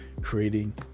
creating